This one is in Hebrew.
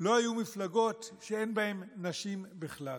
לא היו מפלגות שאין בהן נשים בכלל.